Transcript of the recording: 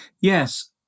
yes